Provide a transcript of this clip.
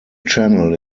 channel